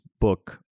book